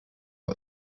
got